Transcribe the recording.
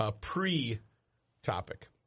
pre-topic